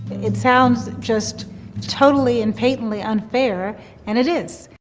it sounds just totally and patently unfair and it is.